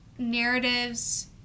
Narratives